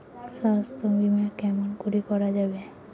স্বাস্থ্য বিমা কেমন করি করা যাবে?